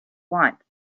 want